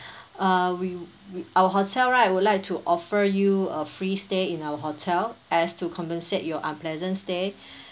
uh we we our hotel right I would like to offer you a free stay in our hotel as to compensate your unpleasant stay